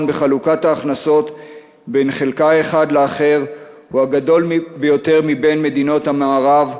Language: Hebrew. בחלוקת ההכנסות בין חלקה האחד לאחר הוא הגדול ביותר מבין מדינות המערב,